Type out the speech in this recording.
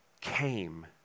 came